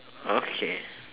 okay